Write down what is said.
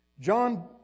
John